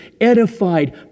edified